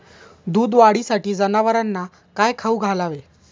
दूध वाढीसाठी जनावरांना काय खाऊ घालावे?